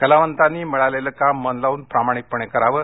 कलावंतांनी मिळालेले काम मन लावून प्रामाणिकपणे करावं